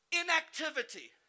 inactivity